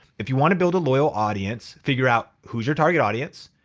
if you wanna build a loyal audience, figure out who's your target audience,